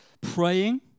praying